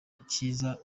kiza